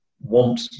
want